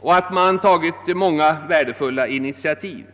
och att man tagit många värdefulla initiativ.